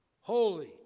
Holy